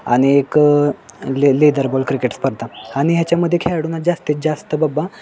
आणि एक ले लेदर बॉल क्रिकेट स्पर्धा आणि ह्याच्यामध्ये खेळाडूंना जास्तीत जास्त बाबा